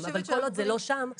אבל כל עוד זה לא שם, חייבים פלסטר.